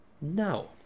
No